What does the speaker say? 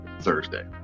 Thursday